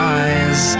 eyes